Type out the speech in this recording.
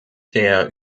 der